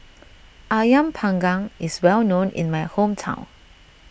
Ayam Panggang is well known in my hometown